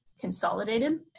consolidated